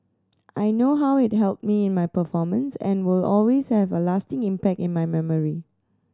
I know how it helped me in my performance and will always have a lasting impact in my memory